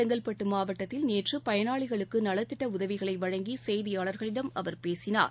செங்கற்பட்டு மாவட்டத்தில் நேற்று பயனாளிகளுக்கு நலத்திட்ட உதவிகளை வழங்கி செய்தியாளர்களிடம் அவர் பேசினார்